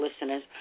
listeners